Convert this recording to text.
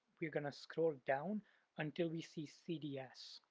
we're gonna scroll down until we see cds.